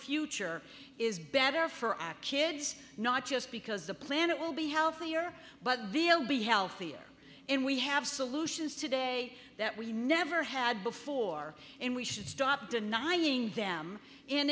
future is better for our kids not just because the planet will be healthier but they'll be healthier and we have solutions today that we never had before and we should stop denying them